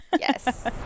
Yes